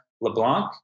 LeBlanc